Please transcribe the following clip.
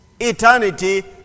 eternity